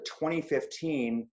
2015